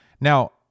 Now